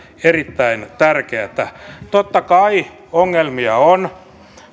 erittäin tärkeätä totta kai ongelmia on